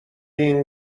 این